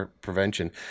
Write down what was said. prevention